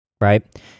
right